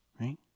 Right